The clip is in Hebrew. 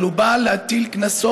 אבל הוא בא להטיל קנסות